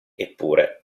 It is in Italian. eppure